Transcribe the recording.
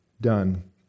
done